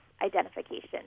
identification